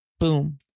Boom